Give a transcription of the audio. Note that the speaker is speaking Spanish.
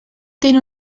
tiene